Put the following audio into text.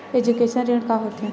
Education ऋण का होथे?